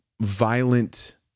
violent